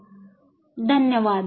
आपण लक्ष दिल्याबद्दल धन्यवाद